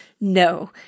no